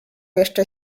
jeszcze